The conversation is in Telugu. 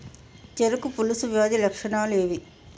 చెరుకు పొలుసు వ్యాధి లక్షణాలు ఏవి?